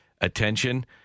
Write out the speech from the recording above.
attention